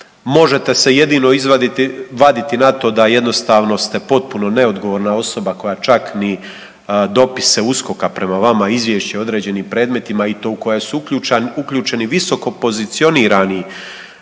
možete se jedino vaditi na to da jednostavno ste potpuno neodgovorna osoba koja čak ni dopise USKOK-a prema vama izvješće o određenim predmetima i to u koje su uključeni visokopozicionirani